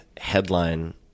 headline